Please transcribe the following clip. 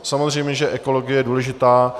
Samozřejmě že ekologie je důležitá.